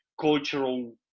cultural